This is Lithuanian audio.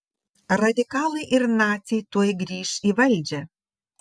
radikalai ir naciai tuoj grįš į valdžią